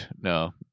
No